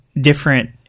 different